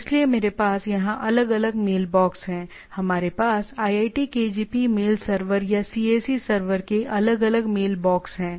इसलिए मेरे पास यहां अलग अलग मेलबॉक्स हैं हमारे पास iitkgp मेल सर्वर या cac सर्वर के अलग अलग मेलबॉक्स हैं